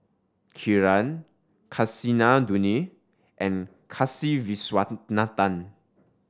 Kiran Kasinadhuni and Kasiviswanathan